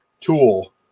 tool